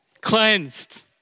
cleansed